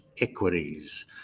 equities